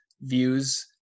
views